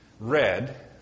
read